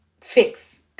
fix